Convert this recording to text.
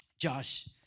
Josh